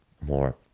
more